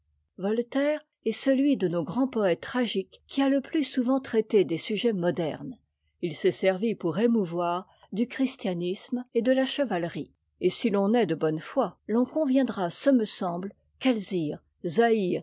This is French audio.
voltaire est celui de nos grands poëtes tragiques qui a te plus souvent traité des sujets modernes t s'est servi pour émouvoir du christianisme et de la chevalerie et si ton est de bonne foi l'on conviendra ce me semble qu'alzire zaïre